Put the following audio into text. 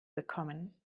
bekommen